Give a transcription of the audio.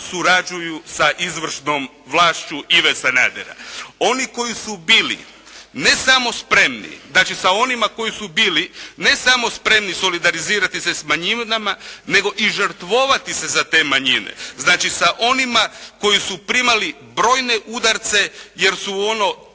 surađuju sa izvršnom vlašću Ive Sanadera. Oni koji su bili ne samo spremni da će sa onima koji su bili ne samo spremni solidarizirati se s manjinama, nego i žrtvovati se za te manjine, znači sa onima koji su primali brojne udarce jer su u ono